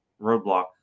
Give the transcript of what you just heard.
roadblock